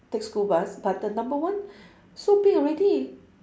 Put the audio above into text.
take school bus but the number one so big already